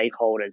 stakeholders